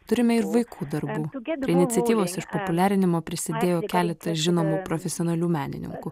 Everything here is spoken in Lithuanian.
turime ir vaikų darbų prie iniciatyvos išpopuliarinimo prisidėjo keletas žinomų profesionalių menininkų